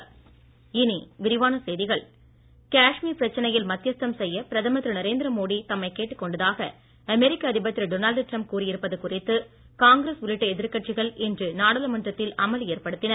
நாடாளுமன்றம் காஷ்மீர் பிரச்சினையில் மத்தியஸ்தம் செய்ய பிரதமர் திரு நரேந்திர மோடி தம்மை கேட்டுக்கொண்டதாக அமெரிக்க அதிபர் திரு டொனால்டு டிரம்ப் கூறியிருப்பது குறித்து காங்கிரஸ் உள்ளிட்ட எதிர்க்கட்சிகள் இன்று நாடாளுமன்றத்தில் அமளி ஏற்படுத்தின